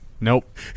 Nope